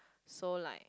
so like